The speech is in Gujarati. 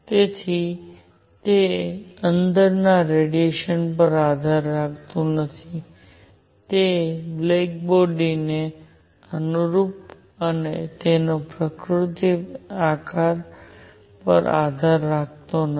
તેથી તે અંદરના રેડિયેશન પર આધાર રાખતું નથી તે બ્લેક બોડી ને અનુરૂપ અને તેનો પ્રકૃતિ આકાર પર આધાર રાખતો નથી